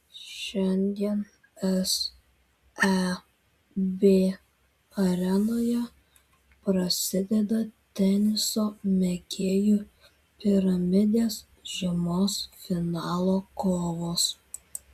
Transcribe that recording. šiandien seb arenoje prasideda teniso mėgėjų piramidės žiemos finalo kovos